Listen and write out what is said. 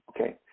Okay